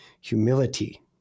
humility